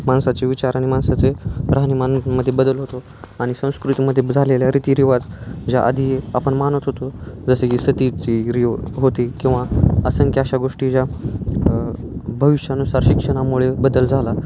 माणसाचे विचार आणि माणसाचे राहाणीमानमध्ये बदल होतो आणि संस्कृतीमध्ये झालेल्या रीतीरिवाज ज्या आधी आपण मानत होतो जसे की सतीची रि होती किंवा असंख्य अशा गोष्टी ज्या भविष्यानुसार शिक्षणामुळे बदल झाला